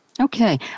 Okay